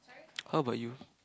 how about you